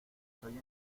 estoy